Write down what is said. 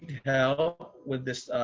hell with this.